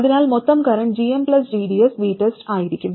അതിനാൽ മൊത്തം current gmgdsVTEST ആയിരിക്കും